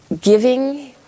giving